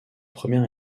première